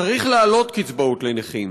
צריך להעלות קצבאות לנכים,